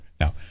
Now